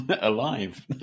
Alive